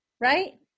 right